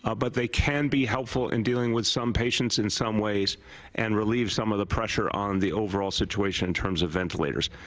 ah but they can be helpful in dealing with some patients in some ways and relieve some of the pressure on the overall situation in terms of ventilators.